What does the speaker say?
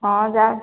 ହଁ ଯା